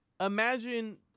imagine